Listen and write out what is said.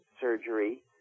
surgery